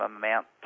amount